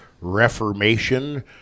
Reformation